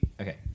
Okay